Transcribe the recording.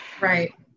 Right